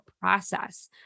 process